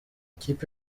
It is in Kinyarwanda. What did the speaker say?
ikipe